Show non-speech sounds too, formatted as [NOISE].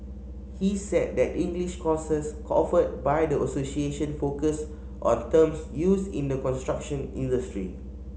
he said that the English courses [UNINTELLIGIBLE] offered by the association focus on terms used in the construction industry